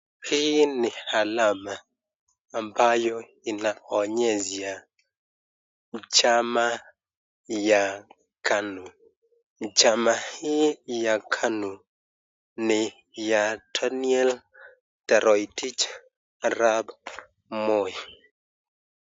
Hii ni alama inayoonyesha chama ya KANU chama hii ya KANU nibya Daniel Toroitich Arap Moi.